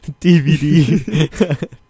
DVD